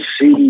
see